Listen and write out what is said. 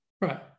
right